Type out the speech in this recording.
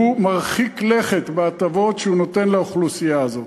מרחיק לכת בהטבות שהוא נותן לאוכלוסייה הזאת.